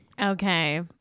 Okay